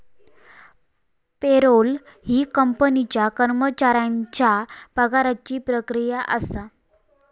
payroll ही कंपनीच्या कर्मचाऱ्यांच्या पगाराची प्रक्रिया असा